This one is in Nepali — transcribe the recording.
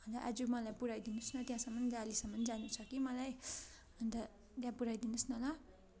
हजुर आज मलाई पुऱ्याइदिनु होस् न त्यहाँसम्म डालीसम्म जानु छ कि मलाई अन्त त्यहाँ पुऱ्याइदिनु होस् न ल